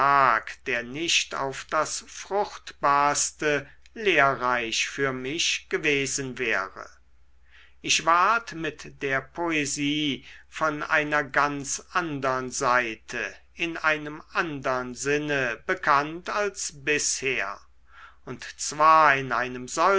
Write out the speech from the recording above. der nicht auf das fruchtbarste lehrreich für mich gewesen wäre ich ward mit der poesie von einer ganz andern seite in einem andern sinne bekannt als bisher und zwar in einem